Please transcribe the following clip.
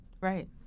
right